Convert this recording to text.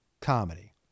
Comedy